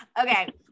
Okay